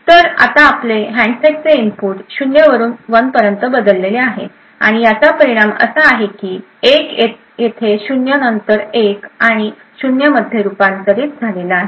तर आता आपले हँडसेटचे इनपुट 0 वरून 1 पर्यंत बदलले आहे आणि याचा परिणाम असा आहे की 1 येथे 0 नंतर 1 आणि 0 मध्ये रूपांतरित झालेला आहे